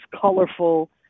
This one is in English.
colorful